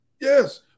Yes